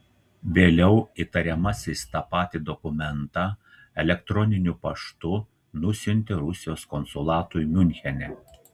vėliau įtariamasis tą patį dokumentą elektroniniu paštu nusiuntė rusijos konsulatui miunchene